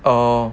oh